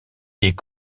est